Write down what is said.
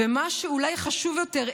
ומה שאולי חשוב יותר,